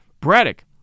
Braddock